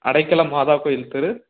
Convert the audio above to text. அடைக்கலம் மாதா கோயில் தெரு